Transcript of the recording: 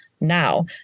now